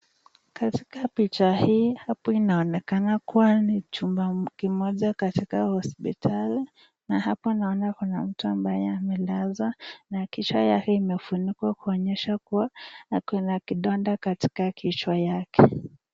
Katika picha hii hapo inaonekana kuwa ni chumba kimoja katika hospitali na hapa naona kuna mtu ambaye amelazwa na kichwa yake imefunikwa kuonyehsa kuwa ako na kidonda katika kichwa yake .